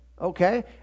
Okay